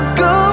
go